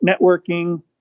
Networking